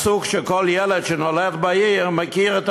מהסוג שכל ילד שנולד בעיר מכיר,